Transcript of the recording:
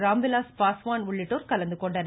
ராம்விலாஸ் பாஸ்வான் உள்ளிட்டோர் கலந்துகொண்டனர்